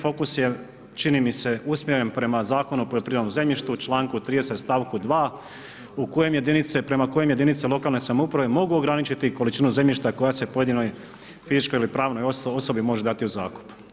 Fokus je čini mi se usmjeren prema Zakonu o poljoprivrednom zemljištu u članku 30., stavku 2. prema kojem jedinice lokalne samouprave mogu ograničiti količinu zemljišta koja se pojedinoj fizičkoj ili pravnoj osobi može dati u zakup.